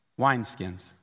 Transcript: wineskins